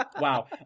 Wow